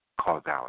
causality